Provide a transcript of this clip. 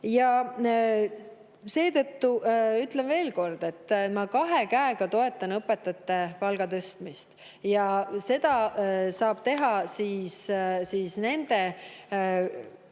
Seetõttu ütlen veel kord, et ma kahe käega toetan õpetajate palga tõstmist. Seda saab teha nende